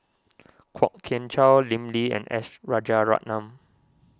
Kwok Kian Chow Lim Lee and S Rajaratnam